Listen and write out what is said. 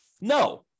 No